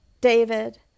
David